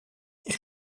elle